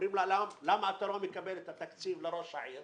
אומרים למה אתה לא מקבל את התקציב לראש העיר